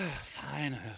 fine